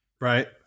right